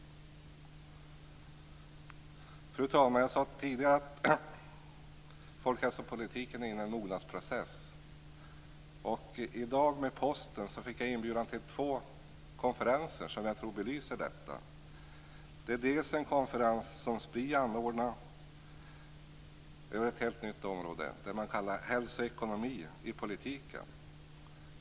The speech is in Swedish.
Fru talman! Jag sade tidigare att folkhälsopolitiken är inne i en mognadsprocess. Jag fick i dag med posten inbjudan till två konferenser som jag tror belyser detta. Den ena är en konferens som Spri anordnar inom ett helt nytt område. Man kallar den Hälsa och ekonomi i politiken.